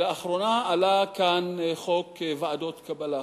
לאחרונה עלה כאן חוק ועדות קבלה,